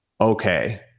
okay